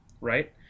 right